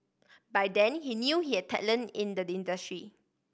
by then he knew he had talent in the industry